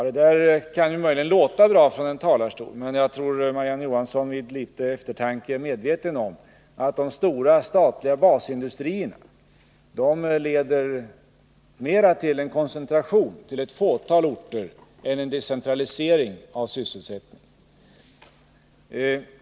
Det där kan möjligen låta bra från en talarstol, men jag tror att Marie-Ann Johansson vid närmare eftertanke blir medveten om att stora statliga basindustrier mera leder till koncentration till ett fåtal orter än till decentralisering av sysselsättningen.